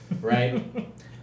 right